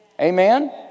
Amen